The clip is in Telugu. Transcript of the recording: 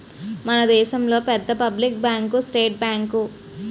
మన దేశంలో పెద్ద పబ్లిక్ బ్యాంకు స్టేట్ బ్యాంకు